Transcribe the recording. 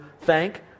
thank